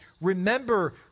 Remember